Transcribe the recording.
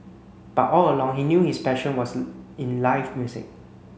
but all along he knew his passion was in live music